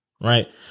Right